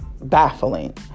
baffling